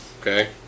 Okay